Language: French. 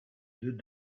deux